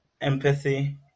empathy